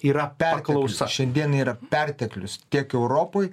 yra perklausa šiandien yra perteklius tiek europoj